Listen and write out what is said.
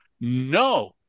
no